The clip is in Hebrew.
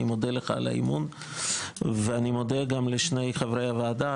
אני מודה לך על האמון ואני מודה גם לשני חברי הוועדה,